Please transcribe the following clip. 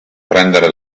prendere